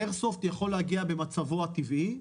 איירסופט יכול להגיע במצבו הטבעי,